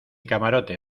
camarote